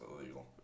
illegal